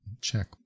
Check